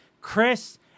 Chris